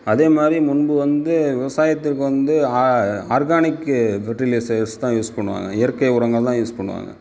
அதே மாதிரி முன்பு வந்து விவசாயத்திற்கு வந்து ஆர்கானிக்கி ஃபெர்டிலிசர்ஸ் தான் யூஸ் பண்ணுவாங்க இயற்கை உரங்கள் தான் யூஸ் பண்ணுவாங்க